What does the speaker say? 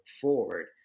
forward